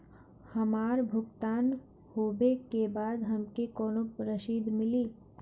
हमार भुगतान होबे के बाद हमके कौनो रसीद मिली?